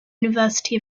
university